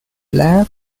lab